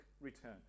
return